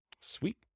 Sweet